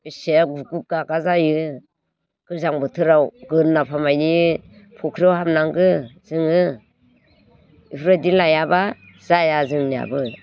बेसे गुगु गागा जायो गोजां बोथोराव गोदनाफा मानि फख्रियाव हाबनांगो जोङो बेफोरबादि लायाबा जाया जोंनियाबो